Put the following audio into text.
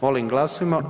Molim glasujmo.